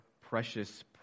precious